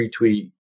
retweet